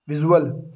visual